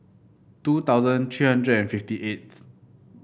two thousand three hundred and fifty eighth